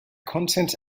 content